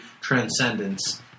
Transcendence